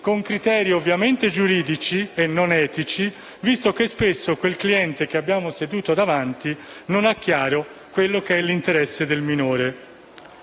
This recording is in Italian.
con criteri ovviamente giuridici, e non etici, visto che spesso quel cliente che abbiamo seduto davanti non ha chiaro l'interesse del minore.